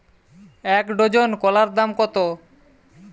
এক ডজন কলার দাম কত?